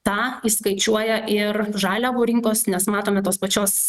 tą įskaičiuoja ir žaliavų rinkos nes matome tos pačios